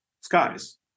skies